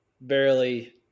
barely